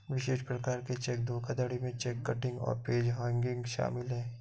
विशिष्ट प्रकार के चेक धोखाधड़ी में चेक किटिंग और पेज हैंगिंग शामिल हैं